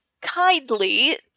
kindly